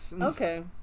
Okay